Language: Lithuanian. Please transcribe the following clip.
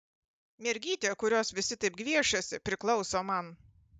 mergytė kurios visi taip gviešiasi priklauso man